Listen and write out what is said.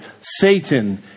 Satan